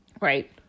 right